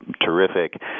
terrific